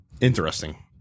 Interesting